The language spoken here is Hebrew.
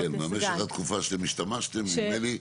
כן, מה משך התקופה שאתם השתמשתם, נדמה לי,